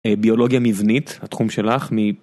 ביולוגיה מבנית, התחום שלך, מ...